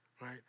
right